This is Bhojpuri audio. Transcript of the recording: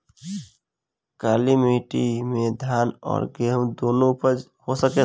काली माटी मे धान और गेंहू दुनो उपज सकेला?